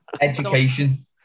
Education